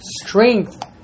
strength